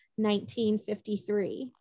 1953